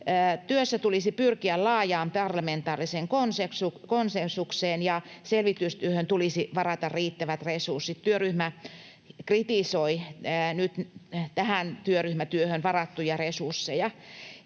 Työssä tulisi pyrkiä laajaan parlamentaariseen konsensukseen, ja selvitystyöhön tulisi varata riittävät resurssit. Työryhmä kritisoi tähän työryhmätyöhön nyt varattuja resursseja.